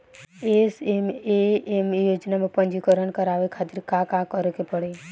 SMAM योजना में पंजीकरण करावे खातिर का का करे के पड़ी?